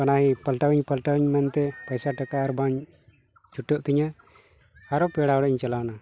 ᱚᱱᱟ ᱯᱟᱞᱴᱟᱣᱤᱧ ᱯᱟᱞᱴᱟᱣᱤᱧ ᱢᱮᱱᱛᱮ ᱯᱚᱭᱥᱟ ᱴᱟᱠᱟ ᱟᱨ ᱵᱟᱝ ᱪᱩᱴᱟᱹᱜ ᱛᱤᱧᱟᱹ ᱟᱨᱚ ᱯᱮᱲᱟ ᱦᱚᱲᱚᱜ ᱤᱧ ᱪᱟᱞᱟᱣᱮᱱᱟ